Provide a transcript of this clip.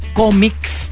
comics